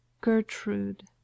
Gertrude